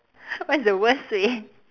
what is the worst way